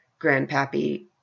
Grandpappy